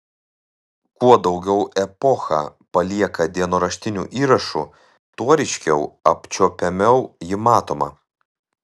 kuo daugiau epocha palieka dienoraštinių įrašų tuo ryškiau apčiuopiamiau ji matoma